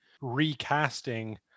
recasting